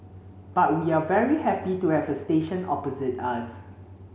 but we are very happy to have a station opposite us